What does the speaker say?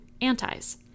antis